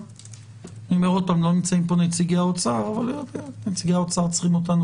לא נמצאים כאן נציגי האוצר אבל הם צריכים אותנו